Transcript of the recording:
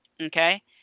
Okay